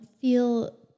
feel